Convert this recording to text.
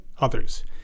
others